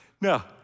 Now